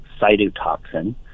cytotoxin